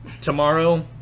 tomorrow